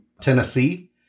Tennessee